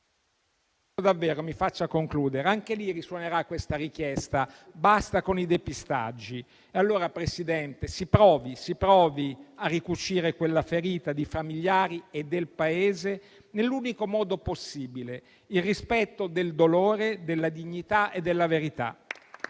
mi faccia concludere. Anche lì risuonerà questa richiesta: basta con i depistaggi. Allora, Presidente, si provi a ricucire quella ferita di familiari e del Paese nell'unico modo possibile: il rispetto del dolore, della dignità e della verità.